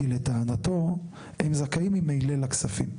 כי לטענתו הם זכאים ממילא לכספים.